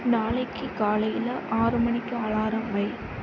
நாளைக்கு காலையில் ஆறு மணிக்கு அலாரம் வை